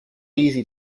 easy